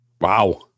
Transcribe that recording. Wow